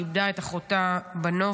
היא איבדה את אחותה בנובה.